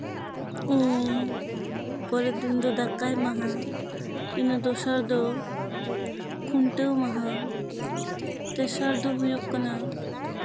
ᱩᱢ ᱯᱚᱨᱮᱨ ᱫᱤᱱ ᱫᱚ ᱫᱟᱠᱟᱭ ᱢᱟᱦᱟ ᱤᱱᱟᱹ ᱫᱚᱥᱟᱨ ᱫᱚ ᱠᱷᱩᱱᱴᱟᱹᱣ ᱢᱟᱦᱟ ᱛᱮᱥᱟᱨ ᱫᱚ ᱦᱩᱭᱩᱜ ᱠᱟᱱᱟ